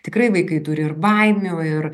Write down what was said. tikrai vaikai turi ir baimių ir